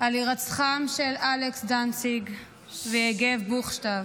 על הירצחם של אלכס דנציג ויגב בוכשטב.